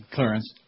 Clarence